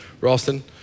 Ralston